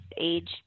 age